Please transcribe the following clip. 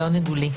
לעונג הוא לי.